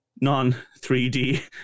non-3D